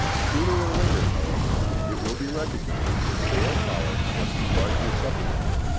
sooner or later, however, it will be recognised that sail power must be largely supplemented,